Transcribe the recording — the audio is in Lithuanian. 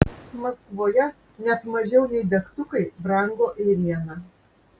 maskvoje net mažiau nei degtukai brango ėriena